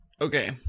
Okay